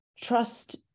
Trust